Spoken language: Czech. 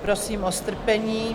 Prosím o strpení.